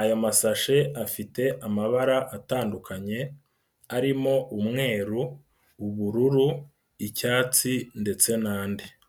aya masashe afite amabara atandukanye arimo: umweru, ubururu, icyatsi ndetse n'andi.